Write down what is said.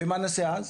ומה נעשה אז?